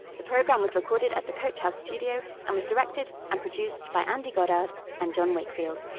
the programme was recorded at the coach house studio and was directed and produced by andy goddard and john wakefield.